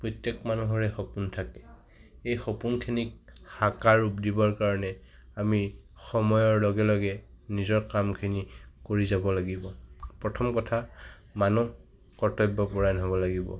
প্ৰত্যেক মানুহৰে সপোন থাকে এই সপোনখিনিক সাকাৰ ৰূপ দিবৰ কাৰণে আমি সময়ৰ লগে লগে নিজৰ কামখিনি কৰি যাব লাগিব প্ৰথম কথা মানুহ কৰ্তব্যপৰায়ণ হ'ব লাগিব